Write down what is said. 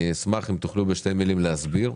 אשמח אם תוכלו בשתי מילים להסביר.